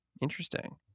Interesting